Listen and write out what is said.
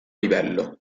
livello